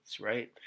right